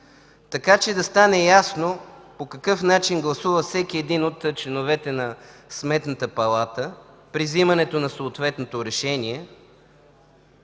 така че да стане ясно по какъв начин гласува всеки един от членовете на Сметната палата при вземането на съответното решение